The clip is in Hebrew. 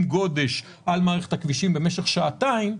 גודש על מערכת הכבישים במשך שעתיים,